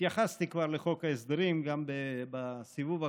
התייחסתי כבר לחוק ההסדרים גם בסיבוב הקודם,